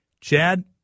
Chad